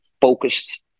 focused